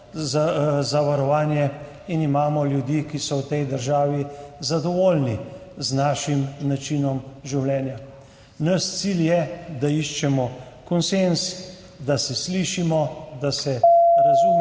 zavarovanje, in imamo ljudi, ki so v tej državi zadovoljni z našim načinom življenja. Naš cilj je, da iščemo konsenz, da se slišimo, da se razumemo